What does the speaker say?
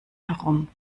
herum